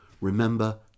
Remember